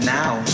now